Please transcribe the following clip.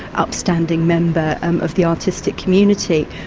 upstanding member of the artistic community.